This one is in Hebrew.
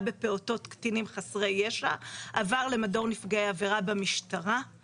בפעוטות קטינים חסרי ישע עבר למדור נפגעי עבירה במשטרה,